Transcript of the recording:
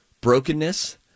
brokenness